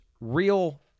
real